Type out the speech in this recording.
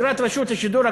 אגרת רשות השידור,